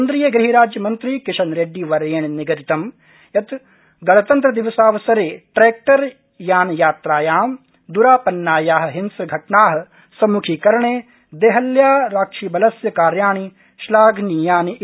केन्द्रीय गृहराज्यमन्त्री किशन रेड्डी वर्येण निगदितं यत् गणतन्त्रदिवसावसरे ट्रैक्टर यात्रायां द्रापन्नाया हिंस्र घटना सम्म्खीकरणे देहल्यारक्षिबलस्य कार्याणि श्लाघनीयानि इति